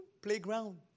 playground